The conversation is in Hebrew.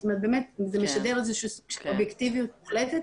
זאת אומרת זה משדר איזה שהוא סוג של אובייקטיביות מוחלטת,